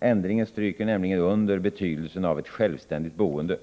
Ändringen stryker nämligen under betydelsen av ett självständigt boende.